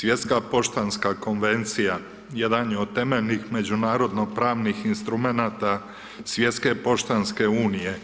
Svjetska poštanska Konvencija jedan je od temeljnih međunarodno pravnih instrumenata Svjetske poštanske Unije